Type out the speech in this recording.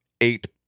eight